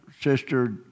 Sister